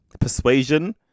persuasion